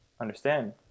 understand